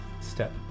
Step